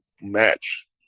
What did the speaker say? match